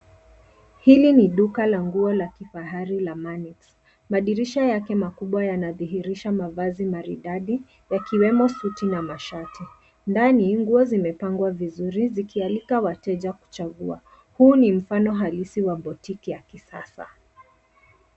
Hili ni duka la nguo la kifahari la Manix . Madirisha yake makubwa yanadhihirisha mavazi maridadi yakiwemo suti na mashati. Ndani, nguo zimepangwa vizuri zikialika wateja kuchagua. Huu ni mfano halisi wa boutique ya kisasa.